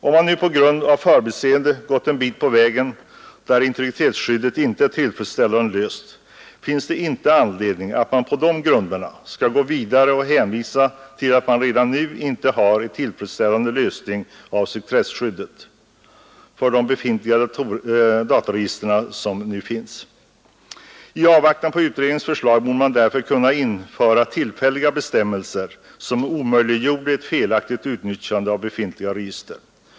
Om man nu på grund av förbiseende gått en bit på vägen där integritetsskyddet inte är tillfredsställande löst, finns det inte anledning att man på de grunderna skall gå vidare och hänvisa till att man inte heller nu har en tillfredsställande lösning av sekretesskyddet för de befintliga dataregistren. I avvaktan på utredningens förslag borde man därför kunna införa tillfälliga bestämmelser som omöjliggjorde ett felaktigt utnyttjande av befintliga register.